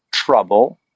trouble